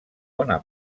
bona